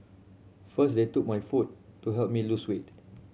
first they took my food to help me lose weight